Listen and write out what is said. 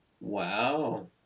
Wow